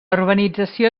urbanització